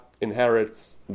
inherits